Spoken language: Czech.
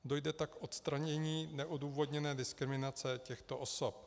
Dojde tak k odstranění neodůvodněné diskriminace těchto osob.